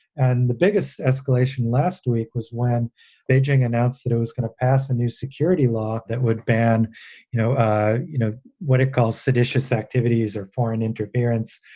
and the biggest escalation last week was when beijing announced that it was going to pass a new security law that would ban you know ah you know what it calls seditious activities or foreign interference,